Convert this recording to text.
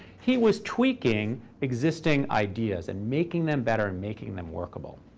he was tweaking existing ideas and making them better and making them workable.